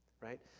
Right